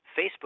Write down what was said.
Facebook